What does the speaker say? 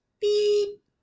Beep